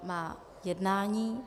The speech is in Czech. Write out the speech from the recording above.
Má jednání.